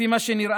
לפי מה שנראה,